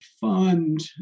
fund